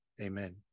Amen